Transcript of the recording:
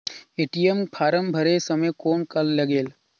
ATM form भरे समय कौन का लगेल?